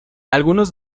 algunos